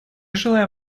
желаем